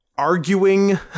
Arguing